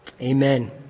Amen